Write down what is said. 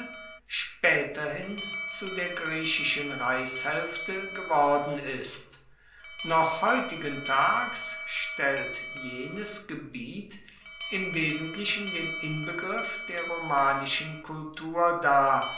späterhin zu der griechischen reichshälfte geworden ist noch heutigentags stellt jenes gebiet im wesentlichen den inbegriff der romanischen kultur dar